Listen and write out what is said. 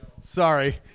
sorry